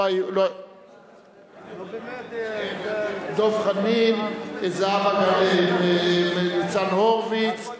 דב חנין, ניצן הורוביץ,